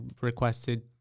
requested